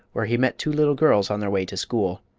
where he met two little girls on their way to school.